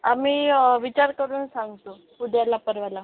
आम्ही विचार करून सांगतो उद्याला परवाला